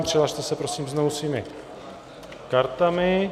Přihlaste se prosím znovu svými kartami.